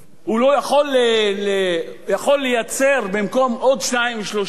הוא יכול לייצר במקום עוד שניים-שלושה?